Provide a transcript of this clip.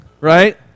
Right